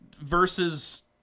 versus